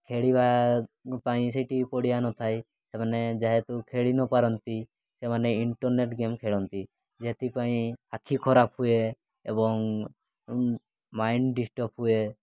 ଖେଳିବା ପାଇଁ ସେଇଠି ପଡ଼ିଆ ନଥାଏ ସେମାନେ ଯେହେତୁ ଖେଳି ନ ପାରନ୍ତି ସେମାନେ ଇଣ୍ଟର୍ନେଟ୍ ଗେମ୍ ଖେଳନ୍ତି ଯେଉଁଥିପାଇଁ ଆଖି ଖରାପ ହୁଏ ଏବଂ ମାଇଣ୍ଡ୍ ଡିଷ୍ଟର୍ବ୍ ହୁଏ